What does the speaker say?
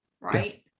right